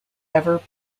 ever